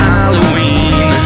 Halloween